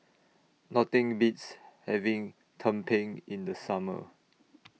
Nothing Beats having Tumpeng in The Summer